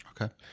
Okay